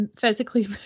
physically